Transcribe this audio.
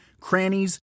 crannies